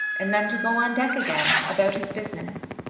and then to go on deck again about his business.